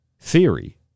theory